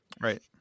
Right